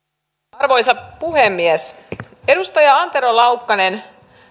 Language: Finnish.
arvoisa puhemies edustaja antero laukkanen